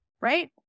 right